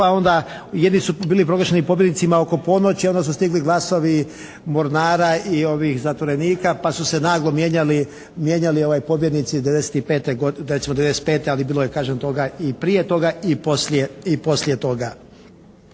Pa onda, neki su bili proglašeni pobjednicima oko ponoći onda su stigli glasovi mornara i zatvorenika pa su se naglo mijenjali pobjednici '95., recimo '95. ali bilo je kažem toga i prije toga i poslije toga.